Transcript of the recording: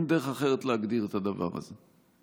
אין דרך אחרת להגדיר את הדבר הזה.